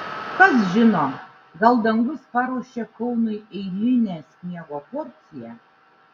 kas žino gal dangus paruošė kaunui eilinę sniego porciją